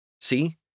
See